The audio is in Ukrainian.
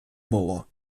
було